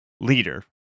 leader